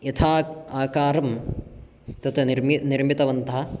यथा आकारं तत् निर्मि निर्मितवन्तः